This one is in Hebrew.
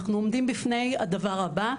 אנחנו עומדים בפני הדבר הבא.